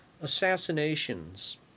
assassinations